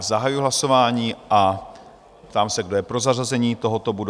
Zahajuji hlasování a ptám se, kdo je pro zařazení tohoto bodu?